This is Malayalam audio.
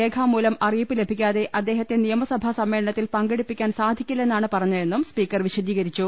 രേഖാമൂലം അറിയിപ്പ് ലഭിക്കാതെ അദ്ദേഹത്തെ ്നിയമസഭാ സമ്മേളനത്തിൽ പങ്കെടുപ്പിക്കാൻ സാധിക്കി ല്ലെന്നാണ് പറഞ്ഞതെന്നും സ്പീക്കർ വിശദീകരിച്ചു